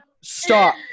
stop